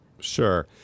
Sure